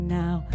now